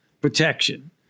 protection